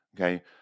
Okay